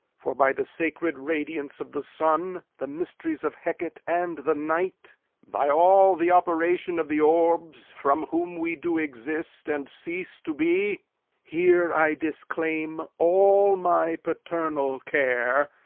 for, by the sacred radiance of the sun, the mysteries of hecate and the night by all the operation of the orbs from whom we do exist and cease to be here i disclaim all my paternal care,